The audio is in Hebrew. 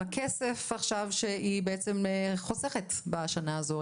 הכסף שהיא חוסכת בשנה הזו.